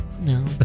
No